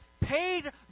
paid